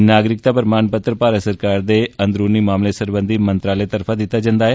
नागरिकता प्रमाण पत्र भारत सरकार दे घरेलू मामले सरबंधी मंत्रालय दी तरफा दित्ता जंदा ऐ